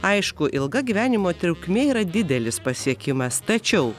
aišku ilga gyvenimo trukmė yra didelis pasiekimas tačiau